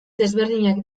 desberdinak